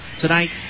tonight